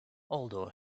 although